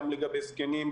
גם לגבי זקנים,